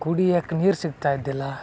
ಕುಡಿಯಕ್ಕೆ ನೀರು ಸಿಗ್ತಾ ಇದ್ದಿಲ್ಲ